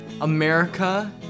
America